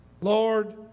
Lord